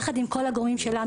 יחד עם כל הגורמים שלנו,